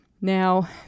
Now